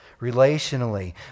relationally